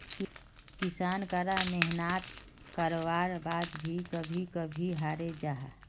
किसान करा मेहनात कारवार बाद भी कभी कभी हारे जाहा